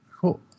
Cool